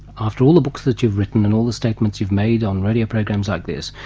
after all the books that you've written and all the statements you've made on radio programs like this,